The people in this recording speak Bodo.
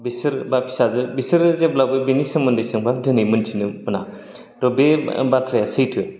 बिसोर बा फिसाजो बिसोरो जेब्लाबो बेनि सोमोन्दै सोंबा दोनै मोनथिनो मोना बे बाथ्राया सैथो